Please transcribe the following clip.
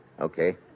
okay